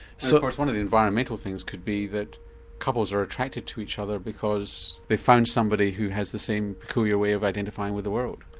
so of course one of the environmental things could be that couples are attracted to each other because they found somebody who has the same peculiar way of identifying with the world.